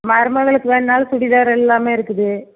மருமகளுக்கு வேணுன்னாலும் சுடிதார் எல்லாமே இருக்குது